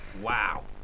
Wow